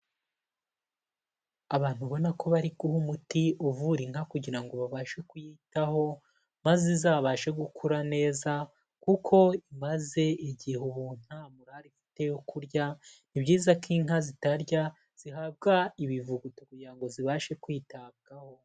Abantu ubona ko bari guha umuti uvura inka kugira ngo babashe kuyitaho, maze izabashe gukura neza kuko imaze igihe ubu nta murare ifite yo kurya, ni byiza ko inka zitarya zihabwa ibivuguto kugira ngo zibashe kwitabwaho.